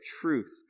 truth